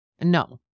No